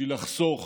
בשביל לחסוך